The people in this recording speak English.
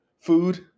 food